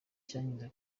cyanyuze